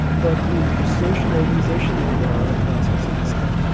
but to to social organizational advancements of this kind.